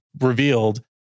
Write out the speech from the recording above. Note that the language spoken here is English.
revealed